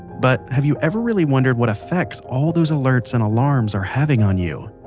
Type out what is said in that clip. but have you ever really wondered what effects all those alerts and alarms are having on you?